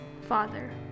Father